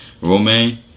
Romain